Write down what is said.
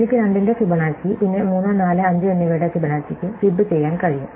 എനിക്ക് 2 ന്റെ ഫിബൊനാച്ചി പിന്നെ 3 4 5 എന്നിവയുടെ ഫിബൊനാച്ചിക്ക് ഫിബ് ചെയ്യാൻ കഴിയും